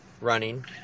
running